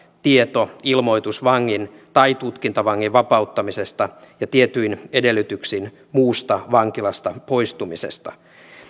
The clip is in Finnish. tieto ilmoitus vangin tai tutkintavangin vapauttamisesta ja tietyin edellytyksin muusta vankilasta poistumisesta